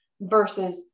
versus